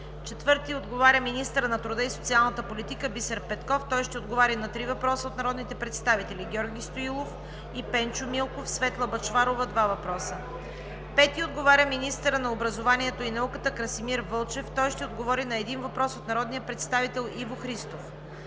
Четвърти отговаря министърът на труда и социалната политика Бисер Петков на три въпроса от народните представители Георги Стоилов и Пенчо Милков; Светла Бъчварова – два въпроса. Пети отговаря министърът на образованието и науката Красимир Вълчев на един въпрос от народния представител Иво Христов.